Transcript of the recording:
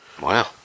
Wow